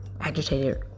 agitated